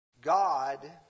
God